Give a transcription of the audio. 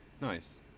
Nice